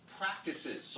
practices